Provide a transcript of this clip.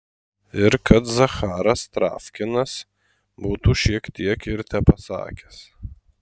ir kad zacharas travkinas būtų šitiek ir tepasakęs